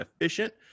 efficient